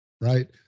right